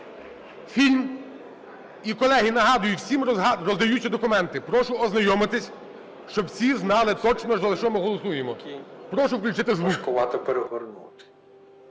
фільм. І, колеги, нагадую всім роздаються документи. Прошу ознайомитися, щоб всі знали точно, за що ми голосуємо. Прошу включити звук.